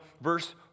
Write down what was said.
verse